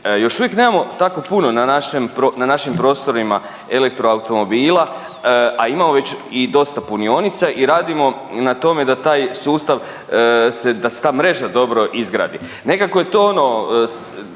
Još uvijek nemamo tako puno na našim prostorima elektroautomobila, a imamo već i dosta punionica i radimo na tome da taj sustav da se ta mreža dobro izgradi. Nekako je to ono